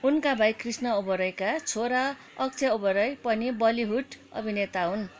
उनका भाइ कृष्ण ओबरोयका छोरा अक्षय ओबरोय पनि बलिउड अभिनेता हुन्